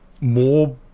more